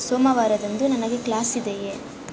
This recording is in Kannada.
ಸೋಮವಾರದಂದು ನನಗೆ ಕ್ಲಾಸ್ ಇದೆಯೇ